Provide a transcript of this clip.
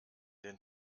den